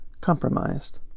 compromised